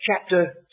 Chapter